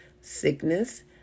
sickness